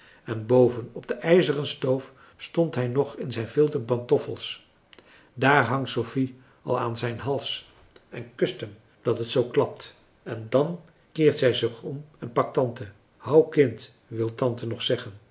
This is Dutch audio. en boven op de ijzeren stoof stond hij nog in zijn vilten pantoffels daar hangt sophie al aan zijn hals en kust hem dat het zoo klapt en dan keert zij zich om en pakt tante hou kind wil tante nog zeggen